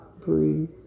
Breathe